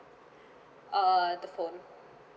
uh the phone